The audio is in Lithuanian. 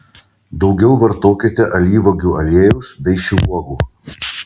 daugiau vartokite alyvuogių aliejaus bei šių uogų